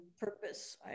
purpose